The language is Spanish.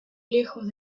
lejos